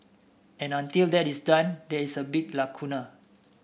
and until that is done there is a big lacuna